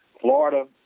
Florida